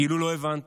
כאילו לא הבנתם,